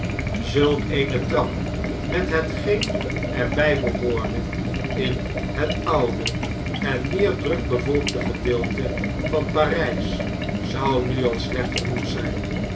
zulk eene trap met hetgeen er bij behoorde in het oude en meer druk bevolkte gedeelte van a r jj s zou nu al slecht genoeg zn'n